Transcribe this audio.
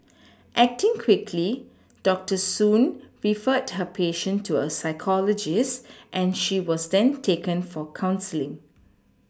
acting quickly doctor soon referred her patient to a psychologist and she was then taken for counselling